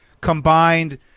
combined